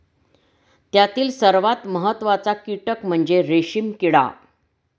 त्यातील सर्वात महत्त्वाचा कीटक म्हणजे रेशीम किडा